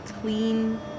clean